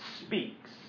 speaks